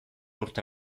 urte